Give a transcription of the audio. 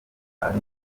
ari